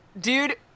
Dude